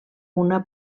una